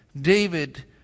David